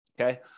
Okay